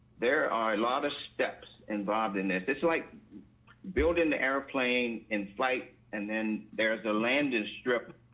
there are a lot of steps involved in this this like building the airplane in flight and then there's a landing strip,